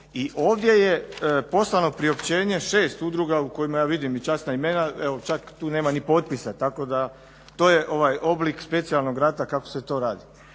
i ovdje je poslano priopćenje 6 udruga u kojima ja vidim i časna imena, evo čak tu nema ni potpisa, tako da to je oblik specijalnog rata kako se to radi.